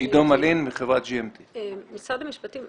משרד המשפטים,